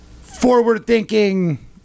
forward-thinking